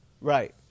Right